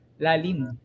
lalim